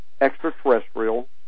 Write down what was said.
extraterrestrial